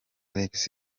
alex